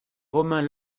romains